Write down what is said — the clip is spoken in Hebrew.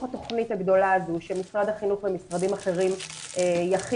התוכנית הגדולה הזו של משרד החינוך ומשרדים אחרים יכינו,